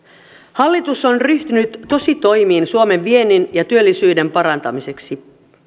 hallitus on ryhtynyt tositoimiin suomen viennin ja työllisyyden parantamiseksi